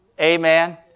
Amen